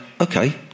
okay